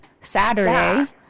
Saturday